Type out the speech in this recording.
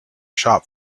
shop